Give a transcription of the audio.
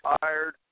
tired